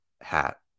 hat